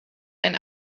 ein